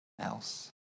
else